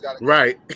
Right